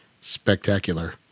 spectacular